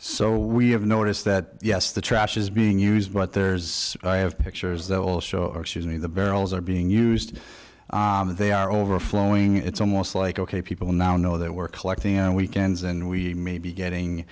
so we have noticed that yes the trash is being used but there's i have pictures that will show me the barrels are being used and they are overflowing it's almost like ok people now know that we're collecting on weekends and we may be getting